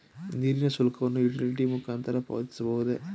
ನೀರಿನ ಶುಲ್ಕವನ್ನು ಯುಟಿಲಿಟಿ ಮುಖಾಂತರ ಪಾವತಿಸಬಹುದೇ?